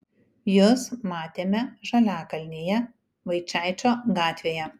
jus matėme žaliakalnyje vaičaičio gatvėje